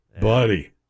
buddy